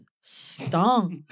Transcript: stunk